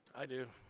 i do.